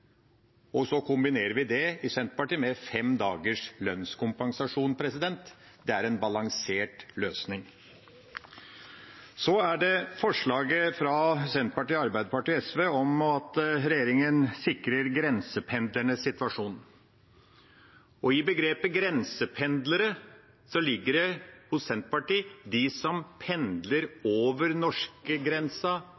og så kombinerer vi i Senterpartiet det med fem dagers lønnskompensasjon. Det er en balansert løsning. Så er det forslaget fra Senterpartiet, Arbeiderpartiet og SV om at regjeringa sikrer grensependlernes situasjon. I begrepet «grensependlere» ligger det for Senterpartiet de som pendler